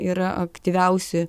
yra aktyviausi